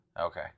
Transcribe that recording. Okay